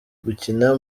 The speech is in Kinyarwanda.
gukina